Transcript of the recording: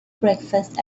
breakfast